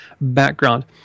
background